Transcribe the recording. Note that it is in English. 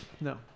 No